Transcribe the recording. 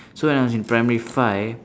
so when I was in primary five